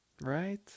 right